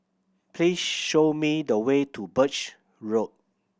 please show me the way to Birch Road